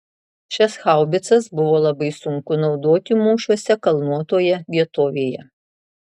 šias haubicas buvo labai sunku naudoti mūšiuose kalnuotoje vietovėje